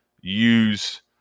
use